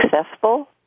successful